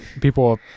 People